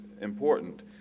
important